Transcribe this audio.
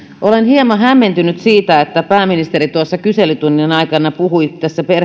olen hieman hämmentynyt siitä että pääministeri tuossa kyselytunnin aikana puhui